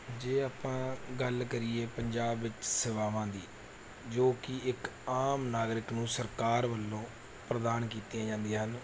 ਜੇ ਆਪਾਂ ਗੱਲ ਕਰੀਏ ਪੰਜਾਬ ਵਿੱਚ ਸੇਵਾਵਾਂ ਦੀ ਜੋ ਕਿ ਇੱਕ ਆਮ ਨਾਗਰਿਕ ਨੂੰ ਸਰਕਾਰ ਵੱਲੋਂ ਪ੍ਰਦਾਨ ਕੀਤੀਆਂ ਜਾਂਦੀਆਂ ਹਨ